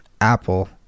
apple